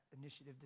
initiative